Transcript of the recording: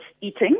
eating